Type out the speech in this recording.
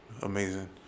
amazing